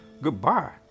Goodbye